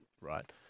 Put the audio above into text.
right